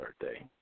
birthday